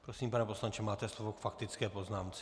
Prosím, pane poslanče, máte slovo k faktické poznámce.